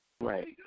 Right